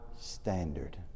standard